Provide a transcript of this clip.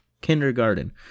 Kindergarten